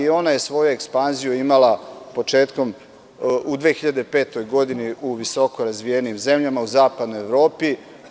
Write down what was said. Ona je svoju ekspanziju imala 2005. godine u visoko razvijenim zemljama u zapadnoj Evropi.